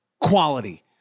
quality